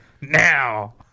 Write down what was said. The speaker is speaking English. now